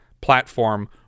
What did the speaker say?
platform